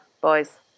boys